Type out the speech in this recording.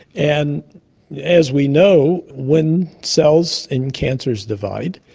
and as we know, when cells in cancers divide,